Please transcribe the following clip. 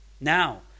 Now